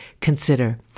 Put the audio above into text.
consider